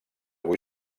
avui